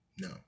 no